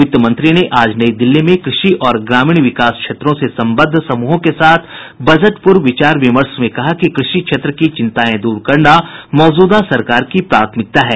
वित्त मंत्री ने आज नई दिल्ली में क्रषि और ग्रामीण विकास क्षेत्रों से संबद्ध समूहों के साथ बजट पूर्व विचार विमर्श में कहा कि कृषि क्षेत्र की चिंतायें दूर करना मौजूदा सरकार की प्राथमिकता है